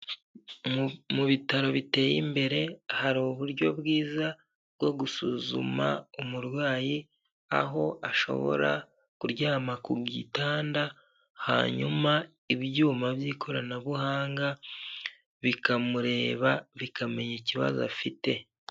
Mu bitaro biteye imbere, hari uburyo bwiza bwo gusuzuma umurwayi, aho ashobora kuryama ku gitanda, hanyuma ibyuma by'ikoranabuhanga bikamureba, bikamenya ikibazo afite.